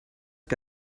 que